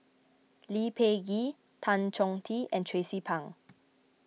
Lee Peh Gee Tan Chong Tee and Tracie Pang